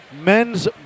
men's